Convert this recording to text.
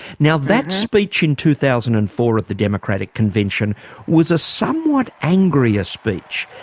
now that speech in two thousand and four at the democratic convention was a somewhat angrier speech.